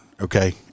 Okay